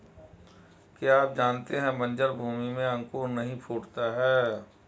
क्या आप जानते है बन्जर भूमि में अंकुर नहीं फूटता है?